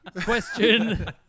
Question